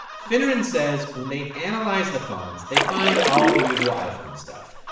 finneran says when they analyze the phones, they find all the usual iphone stuff,